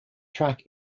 track